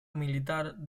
militar